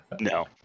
No